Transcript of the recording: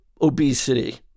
obesity